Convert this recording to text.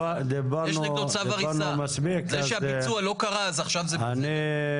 יש צו הריסה וזה שהביצוע לא קרה אז עכשיו זה בסדר?